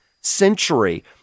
century